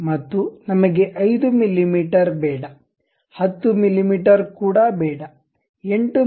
ಮತ್ತು ನಮಗೆ 5 ಮಿಮೀ ಬೇಡ 10 ಮಿಮೀ ಕೂಡ ಬೇಡ 8 ಮಿ